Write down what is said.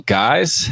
guys